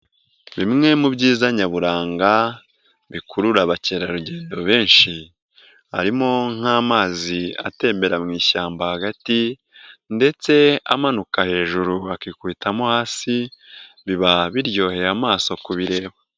Bimwe mu byiza nyaburanga bikurura abakerarugendo benshi, harimo nk'amazi atembera mu ishyamba hagati ndetse amanuka hejuru akikubitamo hasi, biba biryoheye amaso kubireba.